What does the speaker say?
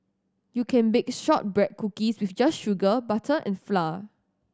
you can bake shortbread cookies with just sugar butter and flour